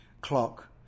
clock